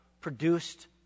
produced